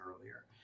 earlier